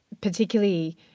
Particularly